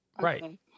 right